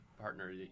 partner